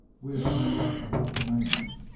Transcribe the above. we'll have turned out the whole com mand.